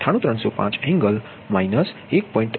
98305 angle minus 1